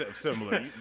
similar